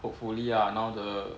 hopefully ah now the